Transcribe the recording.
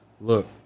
Look